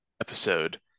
episode